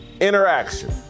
interaction